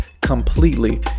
completely